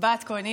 בת כהן.